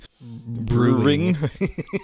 brewing